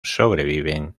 sobreviven